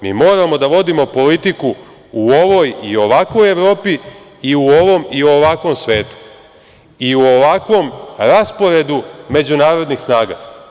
Mi moramo da vodimo politiku u ovoj i ovakvoj Evropi i u ovom i ovakvom svetu i u ovakvom rasporedu međunarodnih snaga.